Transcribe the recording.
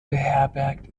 beherbergt